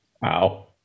Wow